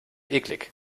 eklig